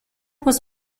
was